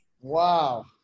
Wow